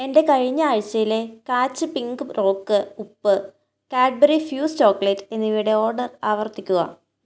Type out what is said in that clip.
എന്റെ കഴിഞ്ഞ ആഴ്ചയിലെ കാച്ച് പിങ്ക് റോക്ക് ഉപ്പ് കാഡ്ബറി ഫ്യൂസ് ചോക്കലേറ്റ് എന്നിവയുടെ ഓർഡർ ആവർത്തിക്കുക